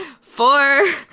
four